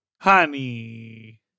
honey